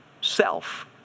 self